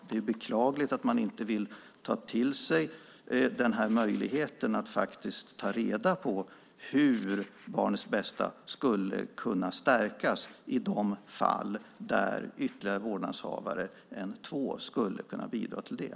Det är beklagligt att man inte vill ta till sig möjligheten att ta reda på hur barnets bästa skulle kunna stärkas i de fall där fler vårdnadshavare än två skulle kunna bidra till det.